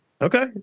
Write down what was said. Okay